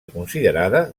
considerada